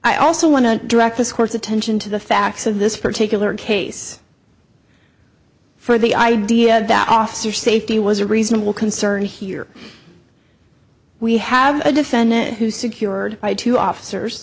i also want to direct this court's attention to the facts of this particular case for the idea that officer safety was a reasonable concern here we have a defendant who secured by two officers